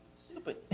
stupid